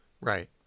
Right